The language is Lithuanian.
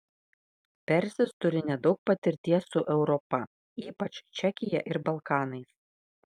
persis turi nedaug patirties su europa ypač čekija ir balkanais